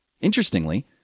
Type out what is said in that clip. Interestingly